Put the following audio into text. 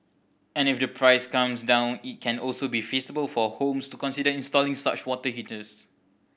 and if the price comes down it can also be feasible for homes to consider installing such water heaters